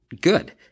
good